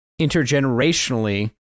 intergenerationally